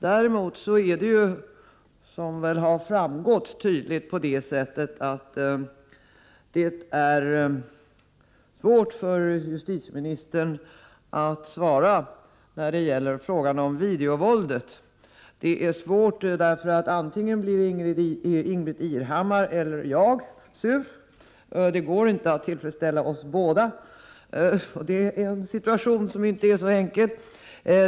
Däremot är det, som framgått tydligt, svårt för justitieministern att svara på frågan om videovåldet. Antingen blir Ingbritt Irhammar eller jag sur; det går inte att tillfredsställa oss båda. Situationen är inte så enkel.